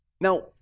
Now